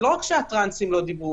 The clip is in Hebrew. זה לא רק שהטרנסים לא דיברו,